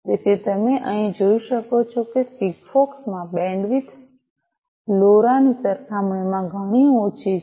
તેથી તમે અહીં જોઈ શકો છો કે સિગફોક્સ માં બેન્ડવિડ્થ લોરા ની સરખામણીમાં ઘણી ઓછી છે